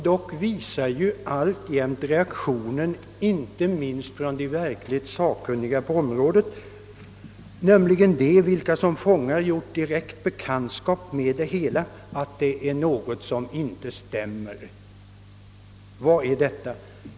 Dock visar alltjämt reaktionen inte minst från de verkligt sakkunniga på området, nämligen de vilka som fångar gjort direkt bekantskap med denna vård, att det är något som inte stämmer. Vad är detta?